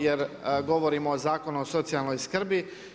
Jer govorimo o Zakonu o socijalnoj skrbi.